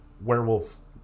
werewolves